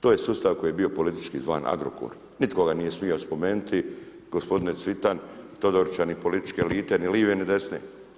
To je sustav koji je bio politički zvan Agrokor, nitko ga nije smijo spomenuti, gospodine Cvitan, Todorića, ni političke elite, ni lijeve ni desne.